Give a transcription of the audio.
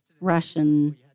Russian